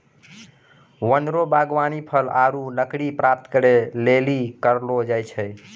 वन रो वागबानी फल आरु लकड़ी प्राप्त करै लेली करलो जाय छै